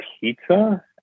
pizza